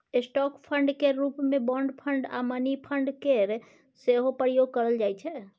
stock fund केर रूप मे बॉन्ड फंड आ मनी फंड केर सेहो प्रयोग करल जाइ छै